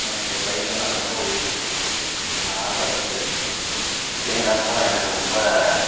எனக்கு என் பைக்குன்னா ரொம்ப உயிர்தான் நான் ஆசைப்பட்டு எங்கள் அப்பா எனக்கு ரொம்ப